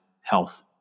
health